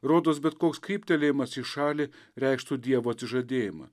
rodos bet koks kryptelėjimas į šalį reikštų dievo atsižadėjimą